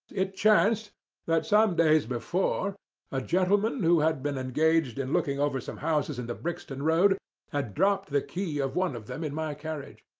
it chanced that some days before a gentleman who had been engaged in and looking over some houses in the brixton road had dropped the key of one of them in my carriage.